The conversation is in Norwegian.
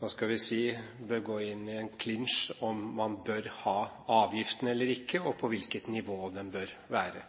hva skal vi si, går inn i en klinsj om man bør ha avgiften eller ikke, og på hvilket nivå den bør være.